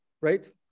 right